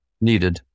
needed